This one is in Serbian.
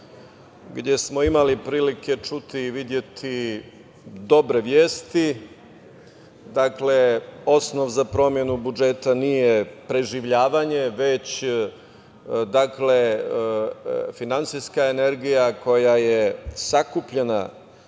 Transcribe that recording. gde smo imali prilike čuti i videti dobre vesti, dakle osnov za promenu budžeta nije preživljavanje, već, dakle, finansijska energija koja je sakupljena